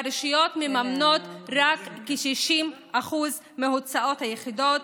והרשויות מממנות רק כ-60% מהוצאות היחידות,